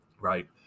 right